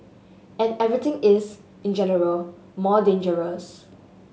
and everything is in general more dangerous